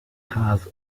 has